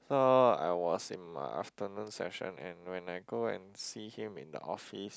so I was in my afternoon session and when I go and see him in the office